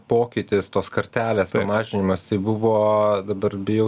pokytis tos kartelės mažinimas tai buvo dabar bijau